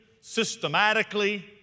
systematically